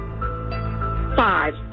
Five